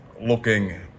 looking